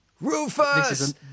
Rufus